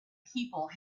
people